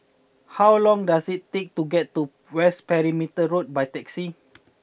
how long does it take to get to West Perimeter Road by taxi